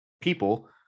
people